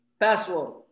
password